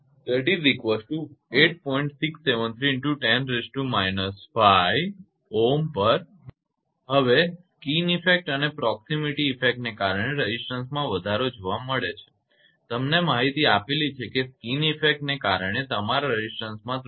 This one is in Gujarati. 673×10−5 ohmmt હવે સ્કિન ઇફેક્ટ અને પ્રોક્શિમીટી ઇફેક્ટને કારણે રેઝિસ્ટન્સમાં વધારો જોવા મળે છે તમને માહિતી આપેલી છે કે સ્કિન ઇફેક્ટને કારણે તમારા રેઝિસ્ટન્સમાં 3